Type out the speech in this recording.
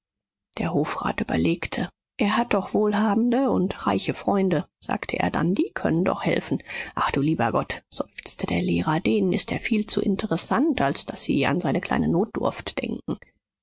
der hofrat überlegte er hat doch wohlhabende und reiche freunde sagte er dann die können doch helfen ach du lieber gott seufzte der lehrer denen ist er viel zu interessant als daß sie an seine kleine notdurft denken